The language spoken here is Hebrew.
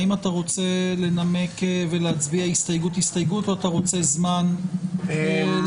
האם אתה רוצה לנמק ולהצביע הסתייגות-הסתייגות או אתה רוצה זמן להציג?